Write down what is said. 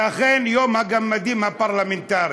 זה אכן יום הגמדים הפרלמנטריים.